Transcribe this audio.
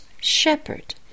shepherd